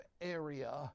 area